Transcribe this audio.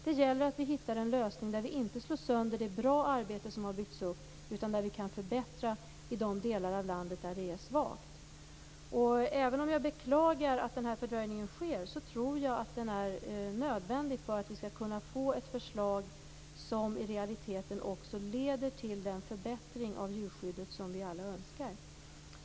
Det gäller att vi hittar en lösning där vi inte slår sönder det goda arbete som har byggts upp men kan förbättra i de delar av landet där verksamheten är svag. Även om jag beklagar att fördröjningen sker tror jag att den är nödvändig för att vi skall kunna få ett förslag som i realiteten leder till den förbättring av djurskyddet som vi alla önskar.